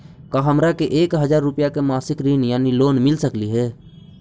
का हमरा के एक हजार रुपया के मासिक ऋण यानी लोन मिल सकली हे?